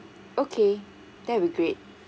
okay that'll be great